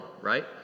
right